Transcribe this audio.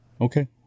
okay